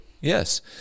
Yes